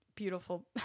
beautiful